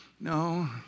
No